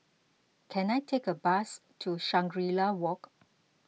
can I take a bus to Shangri La Walk